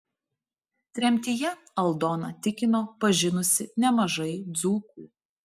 tremtyje aldona tikino pažinusi nemažai dzūkų